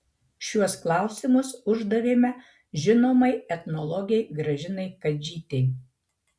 šiuos klausimus uždavėme žinomai etnologei gražinai kadžytei